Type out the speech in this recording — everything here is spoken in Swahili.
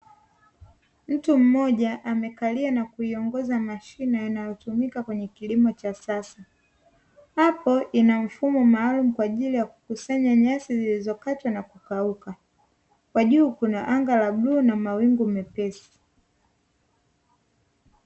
Mtu mmoja amekalia na kuingoza mashine inayotumika kwenye kilimo cha kisasa, hapo ina mfumo maalumu kwa ajili kukusanya nyasi zilizo katwa na kukauka , kwa juu kuna anga la bluu na mawingu mepesi.